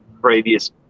previous